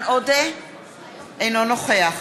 למטרה